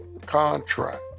contract